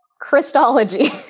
Christology